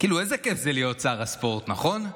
איזה כיף זה להיות שר הספורט, נכון?